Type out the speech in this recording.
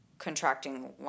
contracting